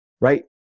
right